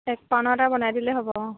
এক পাউণ্ড এটা বনাই দিলে হ'ব